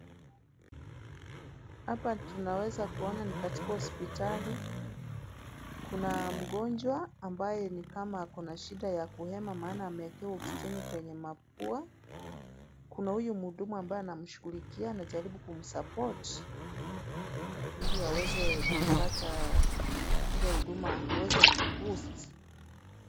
Hapa tunaweza kuona ni katika hospitali. Kuna mgonjwa ambaye ni kama ako na shida ya kuhema maana amewekewa oksijeni kwenye mapua, kuna huyu mhudumu anamshughulikia, anajaribu kumsupport ili aweze kupata ile huduma aweze kumboost .